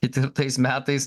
ketvirtais metais